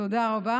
תודה רבה